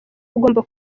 ugomba